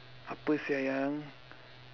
apa sia sayang